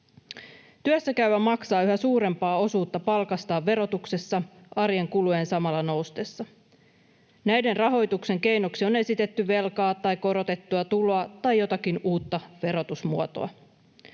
Työssäkäyvä maksaa yhä suurempaa osuutta palkastaan verotuksessa arjen kulujen samalla noustessa. Näiden rahoituksen keinoksi on esitetty velkaa tai korotettua tuloa tai jotakin uutta verotusmuotoa.